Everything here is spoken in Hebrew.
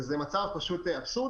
זה מצב אבסורדי.